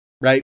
right